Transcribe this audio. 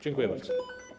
Dziękuję bardzo.